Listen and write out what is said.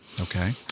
Okay